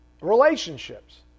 relationships